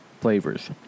flavors